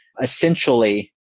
essentially